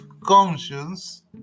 conscience